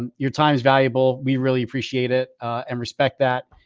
um your time is valuable, we really appreciate it and respect that,